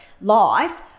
life